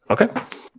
Okay